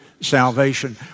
salvation